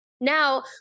Now